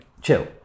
chill